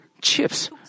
chips